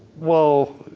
well,